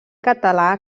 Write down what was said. català